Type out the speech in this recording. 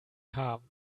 haben